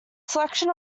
selection